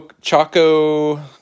Choco